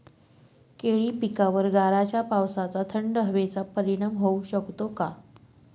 केळी पिकावर गाराच्या पावसाचा, थंड हवेचा परिणाम होऊ शकतो का?